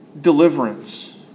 deliverance